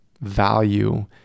value